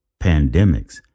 pandemics